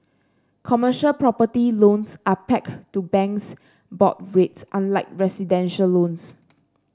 commercial property loans are pegged to banks' board rates unlike residential loans